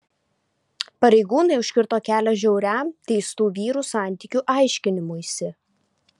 pareigūnai užkirto kelią žiauriam teistų vyrų santykių aiškinimuisi